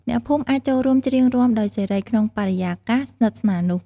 អ្នកភូមិអាចចូលរួមច្រៀងរាំដោយសេរី ក្នុងបរិយាកាសស្និទ្ធស្នាលនោះ។